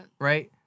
right